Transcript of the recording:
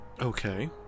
Okay